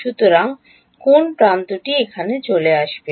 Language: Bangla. সুতরাং কোন প্রান্তটি এখানে চলে আসবে